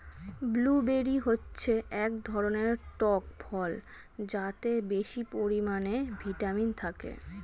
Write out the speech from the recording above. blueberry হচ্ছে এক ধরনের টক ফল যাতে বেশি পরিমাণে ভিটামিন থাকে